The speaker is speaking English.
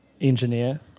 engineer